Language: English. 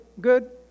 good